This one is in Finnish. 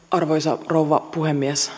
arvoisa rouva puhemies